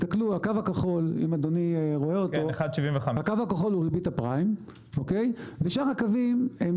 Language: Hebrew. הקו הכחול הוא ריבית הפריים ושאר הקווים הם